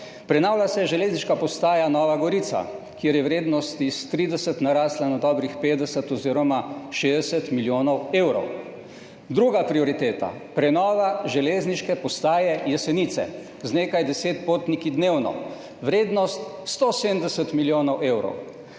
Prenavlja se železniška postaja Nova Gorica, kjer je vrednost s 30 narasla na dobrih 50 oziroma 60 milijonov evrov. Druga prioriteta: prenova železniške postaje Jesenice z nekaj deset potniki dnevno, vrednost 170 milijonov evrov.